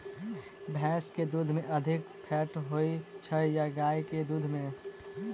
भैंस केँ दुध मे अधिक फैट होइ छैय या गाय केँ दुध में?